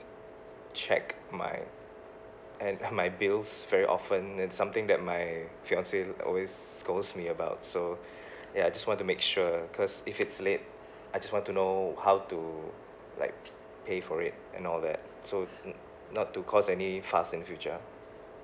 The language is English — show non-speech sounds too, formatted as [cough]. check my and uh my bills very often and that's something that my fiancee always scolds me about so [breath] ya I just want to make sure because if it's late [breath] I just want to know how to like pay for it and all that so [breath] mm not to because any fuss in future